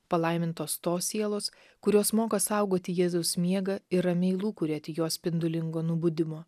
palaimintos tos sielos kurios moka saugoti jėzaus miega ir ramiai lūkuriuoti jo spindulingo nubudimo